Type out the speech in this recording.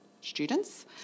students